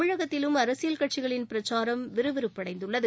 தமிழகத்திலும் அரசியல் கட்சிகளின் பிரச்சாரம் விறுவிறப்படைந்துள்ளது